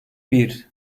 bir